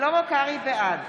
בעד